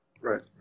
Right